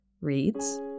reads